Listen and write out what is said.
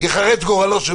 ייחרץ גורלו.